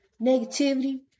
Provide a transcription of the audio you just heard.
negativity